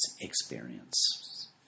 experience